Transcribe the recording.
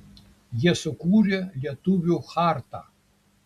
jie sukūrė lietuvių chartą